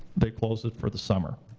they closed it for the summer,